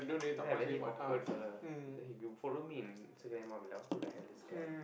then I very awkward fella then if you follow me in Instagram I will be who the hell this guy